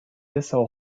dessau